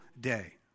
day